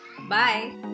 Bye